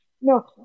No